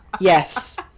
yes